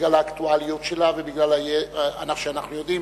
בגלל האקטואליות שלה ומכיוון שאנחנו יודעים